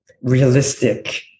realistic